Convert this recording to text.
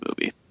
movie